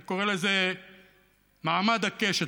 אני קורא לזה מעמד הקשת,